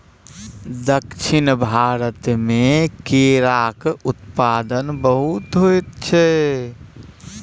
दक्षिण भारत मे केराक उत्पादन बहुत होइत अछि